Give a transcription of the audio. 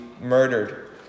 murdered